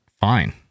fine